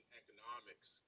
economics